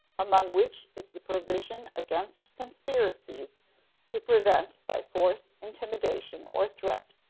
among which is the provision against conspiracies to prevent, by force, intimidation, or threat,